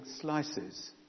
slices